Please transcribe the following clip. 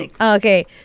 Okay